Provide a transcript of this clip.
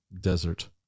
desert